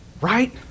Right